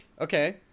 okay